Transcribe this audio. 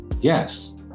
yes